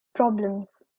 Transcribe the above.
problems